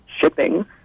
shipping